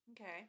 Okay